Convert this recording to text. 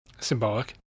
Symbolic